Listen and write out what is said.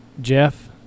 Jeff